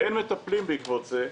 ואין מטפלים בעקבות זה,